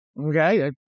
Okay